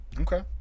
okay